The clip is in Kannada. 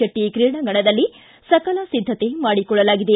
ಶೆಟ್ಟ ಕ್ರೀಡಾಂಗಣದಲ್ಲಿ ಸಕಲ ಸಿದ್ದತೆ ಮಾಡಿಕೊಳ್ಳಲಾಗಿದೆ